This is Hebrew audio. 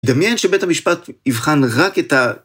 דמיין שבית המשפט יבחן רק את ה...